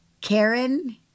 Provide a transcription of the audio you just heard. Karen